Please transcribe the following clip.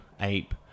ape